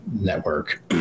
network